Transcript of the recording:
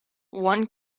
one